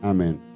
Amen